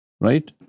right